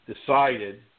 decided –